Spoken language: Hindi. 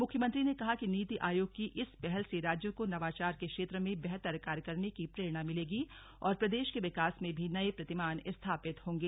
मुख्यमंत्री ने कहा कि नीति आयोग की इस पहल से राज्यों को नवाचार के क्षेत्र में बेहतर कार्य करने की प्रेरणा मिलेगी और प्रदेश के विकास में भी नये प्रतिमान स्थापित होंगे